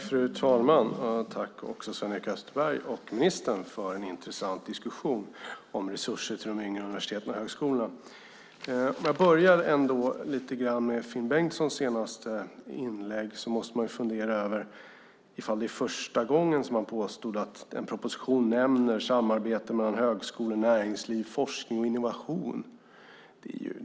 Fru talman! Tack, Sven-Erik Österberg och ministern, för en intressant diskussion om resurser till de yngre universiteten och högskolorna! Jag börjar ändå med Finn Bengtssons senaste inlägg. Man måste ju fundera över om det är första gången, som han påstod, som en proposition nämner samarbete mellan högskola, näringsliv, forskning och innovation.